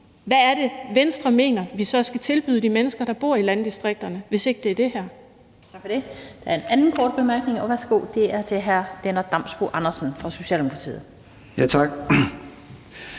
hvad er det, Venstre mener at vi så skal tilbyde de mennesker, der bor i landdistrikterne, hvis ikke det er det her?